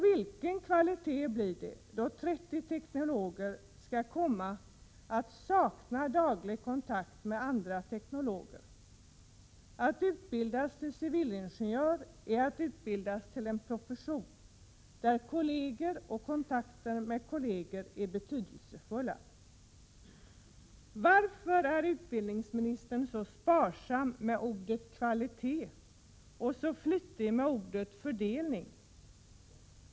Vilken kvalitet blir det, då 30 teknologer kommer att sakna daglig kontakt med andra teknologer? Att utbildas till civilingenjör är att utbildas till en profession där kolleger och kontakter med kolleger är betydelsefulla. Varför är utbildningsministern så sparsam med ordet kvalitet och så flitig med ordet fördelning?